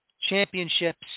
championships